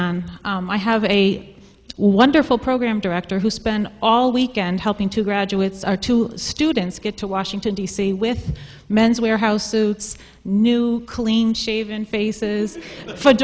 and i have a wonderful program director who spent all weekend helping to graduates our two students get to washington d c with men's wearhouse suits new clean shaven faces for